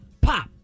pop